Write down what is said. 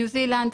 ניו זילנד,